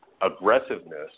aggressiveness